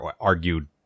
argued